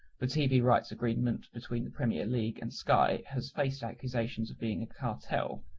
the tv rights agreement between the premier league and sky has faced accusations of being a cartel,